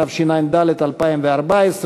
התשע"ד 2014,